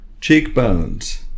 cheekbones